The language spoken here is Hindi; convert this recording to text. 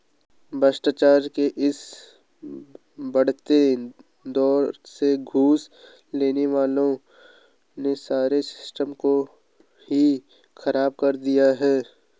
भ्रष्टाचार के इस बढ़ते दौर में घूस लेने वालों ने सारे सिस्टम को ही खराब कर दिया है